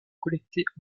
collectés